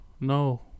No